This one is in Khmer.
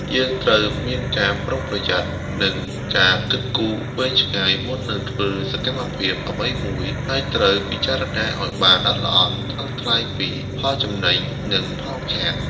យើងត្រូវមានការប្រុងប្រយ័ត្ន និងការគិតគូរវែងឆ្ងាយ មុននឹងធ្វើសកម្មភាពអ្វីមួយ ហើយត្រូវពិចារណាឲ្យបានល្អិតល្អន់ ថ្លឹងថ្លែងពីផលចំណេញ និងផលខាត។